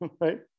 right